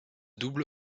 double